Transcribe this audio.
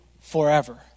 forever